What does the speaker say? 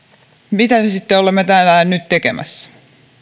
mitä me sitten olemme täällä nyt tekemässä